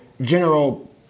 general